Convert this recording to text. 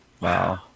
Wow